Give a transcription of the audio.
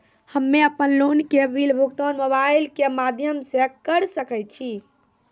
हम्मे अपन लोन के बिल भुगतान मोबाइल के माध्यम से करऽ सके छी?